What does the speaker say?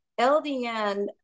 LDN